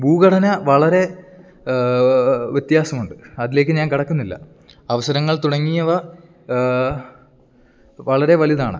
ഭൂഘടന വളരെ വ്യത്യാസമുണ്ട് അതിലേക്ക് ഞാൻ കടക്കുന്നില്ല അവസരങ്ങൾ തുടങ്ങിയവ വളരെ വലുതാണ്